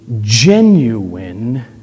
genuine